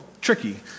tricky